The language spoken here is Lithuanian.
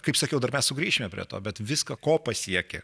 kaip sakiau dar mes sugrįšime prie to bet viską ko pasiekė